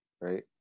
right